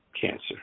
cancer